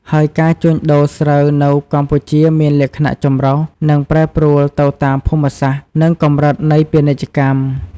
ហើយការជួញដូរស្រូវនៅកម្ពុជាមានលក្ខណៈចម្រុះ និងប្រែប្រួលទៅតាមភូមិសាស្ត្រ និងកម្រិតនៃពាណិជ្ជកម្ម។